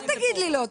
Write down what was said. אל תגיד לי לא.